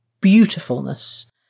beautifulness